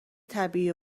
طبیعی